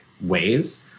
ways